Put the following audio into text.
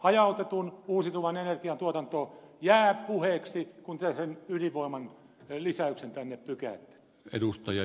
hajautetun uusiutuvan energian tuotanto jää puheeksi kun te sen ydinvoiman lisäyksen tänne pykäätte